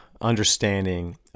understanding